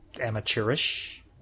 amateurish